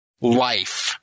life